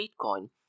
bitcoin